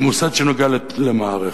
היא מוסד שנוגע למערכת.